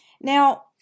Now